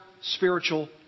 spiritual